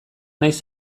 naiz